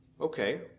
Okay